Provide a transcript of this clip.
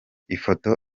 ifoto